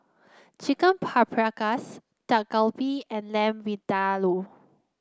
Chicken Paprikas Dak Galbi and Lamb Vindaloo